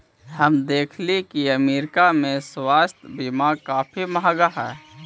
हम देखली की अमरीका में स्वास्थ्य बीमा काफी महंगा हई